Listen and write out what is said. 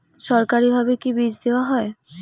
সরকারিভাবে কি বীজ দেওয়া হয়?